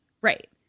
Right